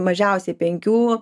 mažiausiai penkių